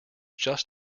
just